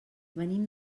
venim